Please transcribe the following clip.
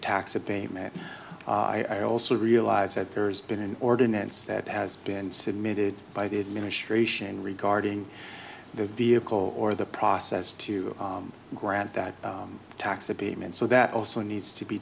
tax abatement i also realize that there's been an ordinance that has been submitted by the administration regarding the vehicle or the process to grant that tax abatement so that also needs to be